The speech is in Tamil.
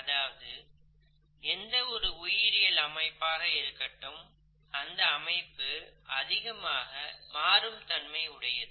அதாவது எந்த ஒரு உயிரியல் அமைப்பாக இருக்கட்டும் அந்த அமைப்பு அதிகமாக மாறும் தன்மை உடையது